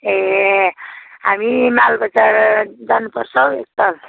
ए हामी मालबजार जानु पर्छ हौ एकताल